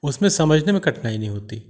उसमें समझने में कठिनाई नहीं होती